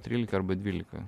trylika arba dvylika